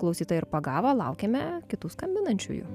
klausytoją ir pagavo laukiame kitų skambinančiųjų